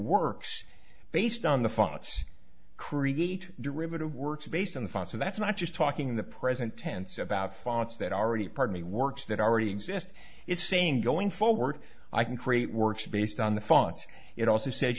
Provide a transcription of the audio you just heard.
works based on the fonts create derivative works based on the font so that's not just talking in the present tense about fonts that already partly works that already exist it's same going forward i can create works based on the fonts it also says